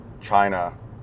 China